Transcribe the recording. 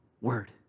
word